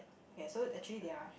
okay so actually there are